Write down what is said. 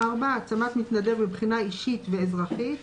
העצמת מתנדב מבחינה אישית ואזרחית,